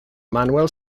manuel